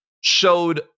showed